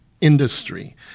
industry